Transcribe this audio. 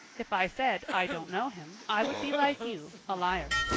if i said, i don't know him i would be like you, a liar.